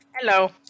Hello